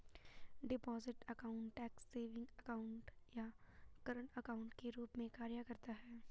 deposit account tax savings account या current account के रूप में कार्य करता है